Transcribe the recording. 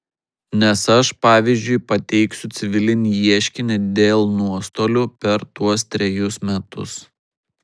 nes aš pavyzdžiui pateiksiu civilinį ieškinį dėl nuostolių per tuos trejus metus